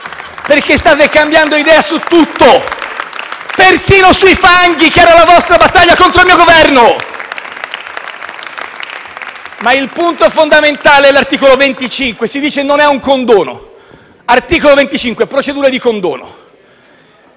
state cambiando idea su tutto, persino sui fanghi che era la vostra battaglia contro il mio Governo. Ma il punto fondamentale è l'articolo 25; si dice che non è un condono. Leggo il titolo dell'articolo